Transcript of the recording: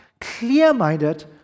clear-minded